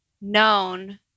known